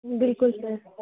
بلکل سَر